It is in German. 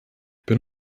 bin